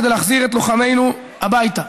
כדי להחזיר את לוחמינו הביתה.